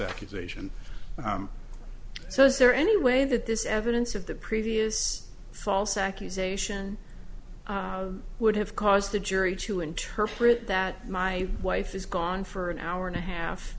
accusation so is there any way that this evidence of the previous false accusation would have caused the jury to interpret that my wife is gone for an hour and a half